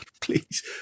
Please